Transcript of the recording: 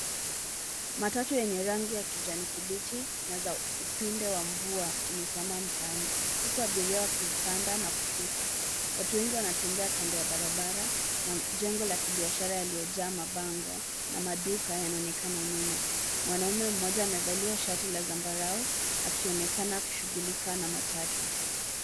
Matatu yenye rangi ya kijani kibichi na za upinde wa mvua imesimama mtaani huku abiria wakipanda na kushuka. Watu wengi wanatembea kando ya barabara na jengo la kibiashara yaliyojaa mabango na maduka yanaonekana nyuma. Mwanaume mmoja amevalia shati la zambarau akionekana akishughulika na matatu.